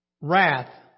wrath